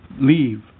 leave